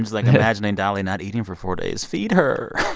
like, imagining dolly not eating for four days. feed her